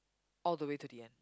all the way to the end